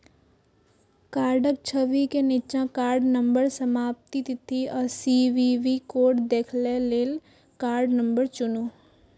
कार्डक छवि के निच्चा कार्ड नंबर, समाप्ति तिथि आ सी.वी.वी कोड देखै लेल कार्ड नंबर चुनू